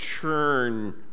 churn